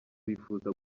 bifuza